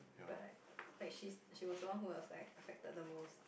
but like like she she was the one who was like affected the most